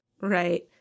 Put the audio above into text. Right